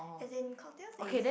as in cocktail is